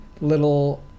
little